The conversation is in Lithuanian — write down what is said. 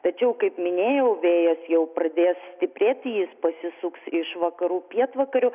tačiau kaip minėjau vėjas jau pradės stiprėti jis pasisuks iš vakarų pietvakarių